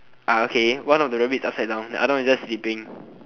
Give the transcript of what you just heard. okay one of the rabbits is upside down the other one is just sleeping